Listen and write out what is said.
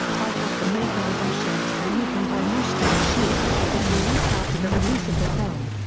titled the making of om shanti om written by mushtaq sheikh, was released after the release of the film.